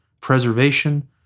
preservation